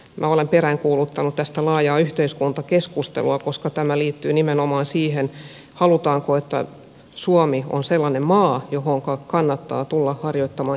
minä olen peräänkuuluttanut tästä laajaa yhteiskuntakeskustelua koska tämä liittyy nimenomaan siihen halutaanko että suomi on sellainen maa johon kannattaa tulla harjoittamaan ihmiskauppaa